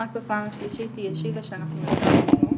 רק בפעם השלישית, היא השיבה שאנחנו נצא להפסקה.